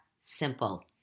simple